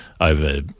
over